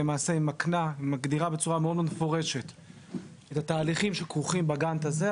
היא מקנה ומגדירה בצורה מאוד מפורשת את התהליכים שכרוכים בגאנט הזה.